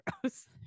gross